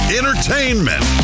entertainment